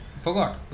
forgot